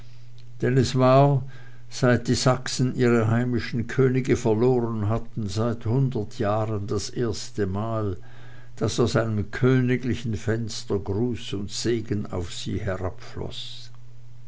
es war seit die sachsen ihre heimischen könige verloren hatten seit hundert jahren das erste mal daß aus einem königlichen fenster gruß und segen auf sie